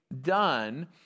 done